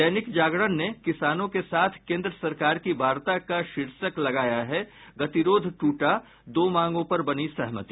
दैनिक जागरण ने किसानों के साथ केन्द्र सरकार की वार्ता का शीर्षक लगाया है गतिरोध टूटा दो मांगों पर बनी सहमति